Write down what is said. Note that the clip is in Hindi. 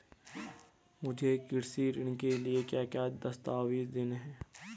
मुझे कृषि ऋण के लिए क्या क्या दस्तावेज़ देने हैं?